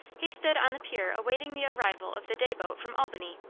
he stood on the pier awaiting the arrival of the day boat from albany,